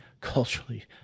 culturally